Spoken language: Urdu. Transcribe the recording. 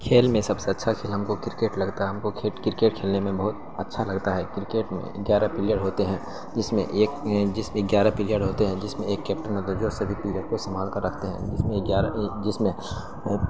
کھیل میں سب سے اچھا کھیل ہم کو کرکٹ لگتا ہے ہم کو کرکٹ کھیلنے میں بہت اچھا لگتا ہے کرکٹ میں گیارہ پلیئر ہوتے ہیں جس میں ایک جس میں گیارہ پلیئر ہوتے ہیں جس میں ایک کیپٹن ہوتا ہے جو سبھی پلیئر کو سنبھال کر رکھتے ہیں جس میں گیارہ جس میں